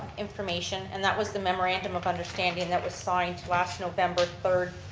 information, and that was the memorandum of understanding that was signed last november third,